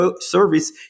service